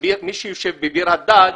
מי שיושב בביר-הדאג'